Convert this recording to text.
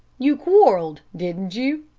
you quarreled, didn't you?